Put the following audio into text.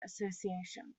association